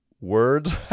words